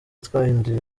twahinduye